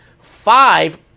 five